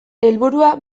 helburua